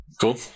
Cool